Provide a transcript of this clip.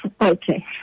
okay